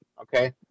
Okay